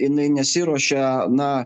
inai nesiruošia na